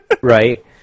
Right